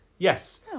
Yes